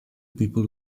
people